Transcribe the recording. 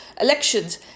elections